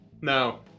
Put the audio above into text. No